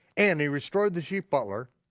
and he restored the chief butler,